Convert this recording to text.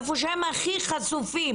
היכן שהם הכי חשופים